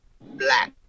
black